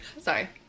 Sorry